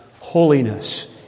holiness